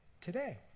today